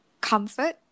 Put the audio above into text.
comfort